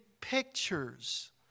pictures